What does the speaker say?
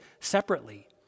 separately